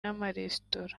n’amaresitora